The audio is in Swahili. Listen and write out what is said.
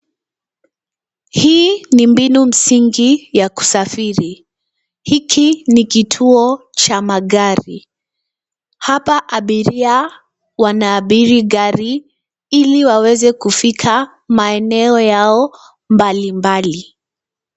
Hii ni mbinu msingi ya kusafiri ,hiki ni kituo cha magari hapa abiria wanaabiri gari ili waweze kufika maeneo yao mbalimbali.